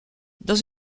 dans